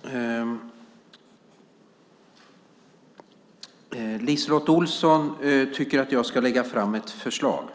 Fru talman! LiseLotte Olsson tycker att jag ska lägga fram ett förslag,